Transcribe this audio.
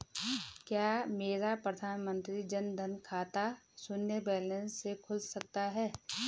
क्या मेरा प्रधानमंत्री जन धन का खाता शून्य बैलेंस से खुल सकता है?